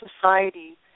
society